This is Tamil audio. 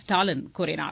ஸ்டாலின் கூறினார்